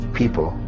people